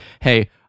hey